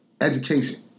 education